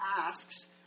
asks